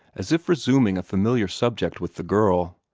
as if resuming a familiar subject with the girl.